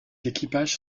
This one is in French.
équipages